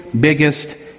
biggest